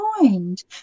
mind